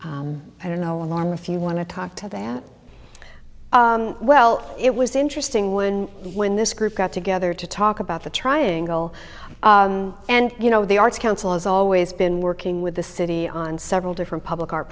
committee i don't know along if you want to talk to them well it was interesting when when this group got together to talk about the trying goal and you know the arts council has always been working with the city on several different public ar